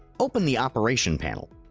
open the operation panel.